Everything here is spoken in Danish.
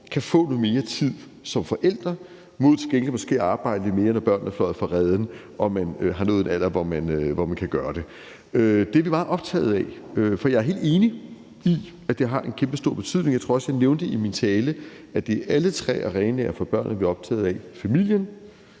kan få noget mere tid som forældre mod til gengæld måske at arbejde lidt mere, når børnene er fløjet fra reden og man har nået en alder, hvor man kan gøre det. Det ervi meget optaget af, og jeg er helt enig i, at det har en kæmpestor betydning. Jeg tror også, jeg nævnte i min tale, at det er alle arenaer for børnene, vi er optaget af: familien,